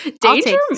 Danger